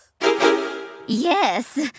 Yes